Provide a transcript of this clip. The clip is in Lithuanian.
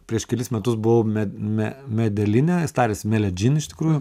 prieš kelis metus buvau med me medeline tariasi meledžin iš tikrųjų